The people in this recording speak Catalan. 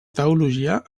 teologia